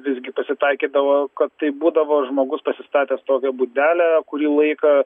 visgi pasitaikydavo kad tai būdavo žmogus pasistatęs tokią būdelę kurį laiką